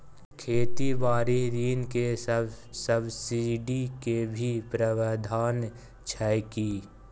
खेती बारी ऋण ले सब्सिडी के भी प्रावधान छै कि?